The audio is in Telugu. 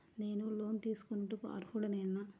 నేను లోన్ తీసుకొనుటకు అర్హుడనేన?